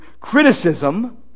criticism